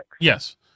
Yes